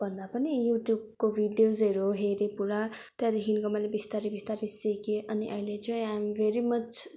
भन्दा पनि युट्युबको भिडियोसहरू हेरेँ पुरा त्यहाँदेखिको मैले बिस्तारी बिस्तारी सिकेँ अनि अहिले चाहिँ आई एम भेरी मच